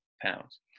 pounds